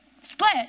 split